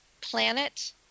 planet